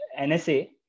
NSA